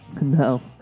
no